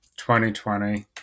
2020